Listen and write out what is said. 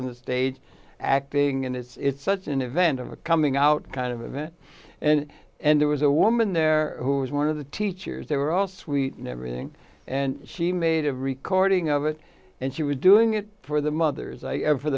on the stage acting and it's such an event of a coming out kind of event and and there was a woman there who was one of the teachers they were all sweet and everything and she made a recording of it and she was doing it for the mothers i am for